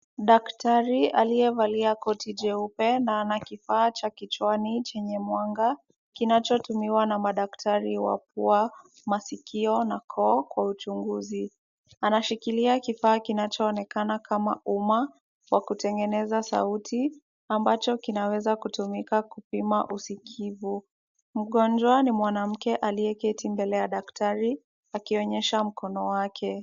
Daktari aliyevalia koti jeupe na ana kifaa cha kichwani chenye mwanga kinachotumiwa na madaktari wa pua, masikio na koo kwa uchunguzi anashikilia kifaa kinachoonekana kama umma wa kutengeneza sauti ambacho kinaweza kutumika kupima usikivu. Mgonjwa ni mwanamke aliyeketi mbele ya daktari akionyesha mkono wake.